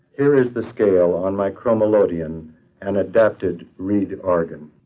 there was this girl on my cromwell podium and adapted reed and arden.